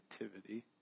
activity